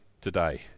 today